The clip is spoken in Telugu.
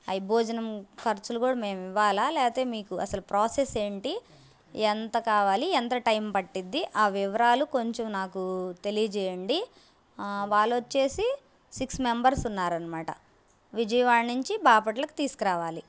అవి భోజనం ఖర్చులు కూడా మేము ఇవ్వాలా అసలు ప్రాసెస్ ఏమిటి ఎంత కావాలి ఎంత టైమ్ పడుతుంది ఆ వివరాలు కొంచెం నాకు తెలియజేయండి వాళ్ళు వచ్చేసి సిక్స్ మెంబర్స్ ఉన్నారు అన్నమాట విజయవాడ నుంచి బాపట్లకి తీసుకురావాలి